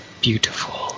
beautiful